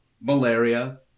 Malaria